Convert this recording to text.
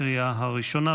לקריאה הראשונה.